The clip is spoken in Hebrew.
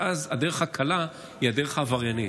ואז הדרך הקלה היא הדרך העבריינית.